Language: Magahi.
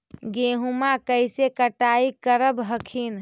गेहुमा कैसे कटाई करब हखिन?